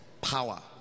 power